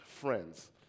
friends